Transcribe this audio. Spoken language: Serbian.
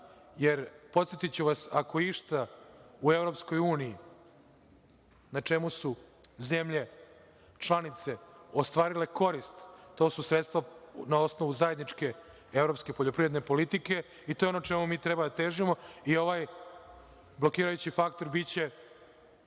jer podsetiću vas, ako išta u EU, na čemu su zemlje članice ostvarile korist, to su sredstva na osnovu zajedničke evropske poljoprivredne politike, i to je ono čemu mi treba da težimo. Ovaj blokirajući faktor biće,